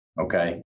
Okay